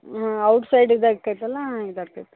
ಹಾಂ ಔಟ್ಸೈಡ್ ಇದಾಗ್ತೈತಲ್ಲ ಇದಾಗ್ತೈತೆ ರೀ